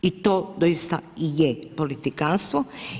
I to doista i je politikanstvo.